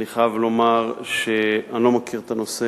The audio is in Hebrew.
אני חייב לומר שאני לא מכיר את הנושא.